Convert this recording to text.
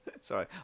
Sorry